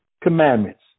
commandments